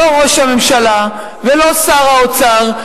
לא ראש הממשלה ולא שר האוצר,